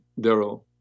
Daryl